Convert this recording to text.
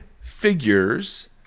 figures